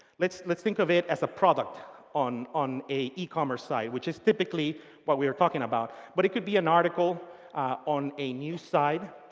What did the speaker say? let's let's think of it as a product on on a e-commerce site, which is typically what we're talking about. but it could be an article on a new site.